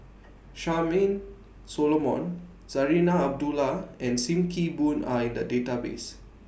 Charmaine Solomon Zarinah Abdullah and SIM Kee Boon Are in The Database